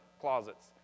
closets